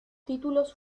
títulos